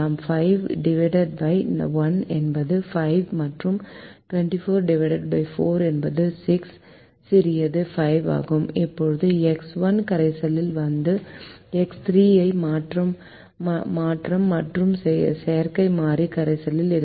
5 ÷ 1 என்பது 5 மற்றும் 24 ÷ 4 என்பது 6 சிறியது 5 ஆகும் இப்போது எக்ஸ் 1 கரைசலில் வந்து எக்ஸ் 3 ஐ மாற்றும் மற்றும் செயற்கை மாறி கரைசலில் இருக்கும்